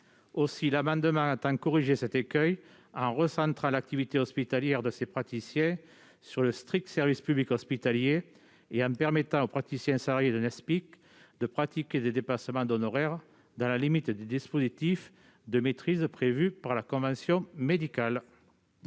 Cet amendement vise à corriger cet écueil, en recentrant l'activité hospitalière de ces praticiens sur le strict service public hospitalier et en permettant aux praticiens salariés d'un Espic de pratiquer des dépassements d'honoraires, dans la limite des dispositifs de maîtrise prévus par la convention médicale.